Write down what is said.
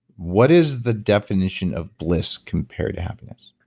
what is the definition of bliss compared to happiness?